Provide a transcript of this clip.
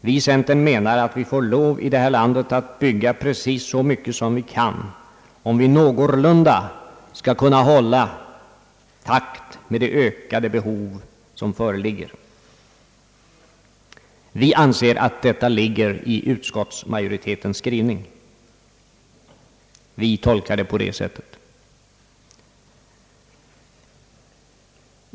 Vi i centern menar att vi i det här landet får lov att bygga precis så mycket som vi kan, om vi någorlunda skall kunna hålla takten med det ökade behov som föreligger. Vi anser att detta ligger i utskottsmajorite tens skrivning, och vi har inte avgett någon motiverad reservation.